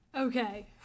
Okay